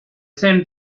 same